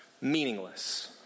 meaningless